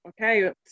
okay